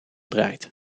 draait